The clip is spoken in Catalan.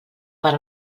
per